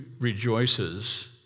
rejoices